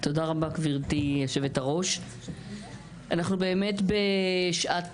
תודה רבה גברתי היושבת-ראש, אנחנו באמת בשעה